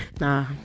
Nah